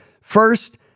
first